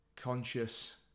conscious